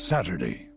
Saturday